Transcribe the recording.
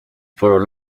for